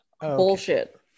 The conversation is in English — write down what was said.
bullshit